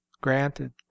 Granted